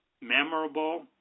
memorable